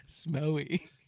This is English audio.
Smelly